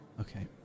Okay